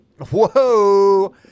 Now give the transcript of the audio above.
Whoa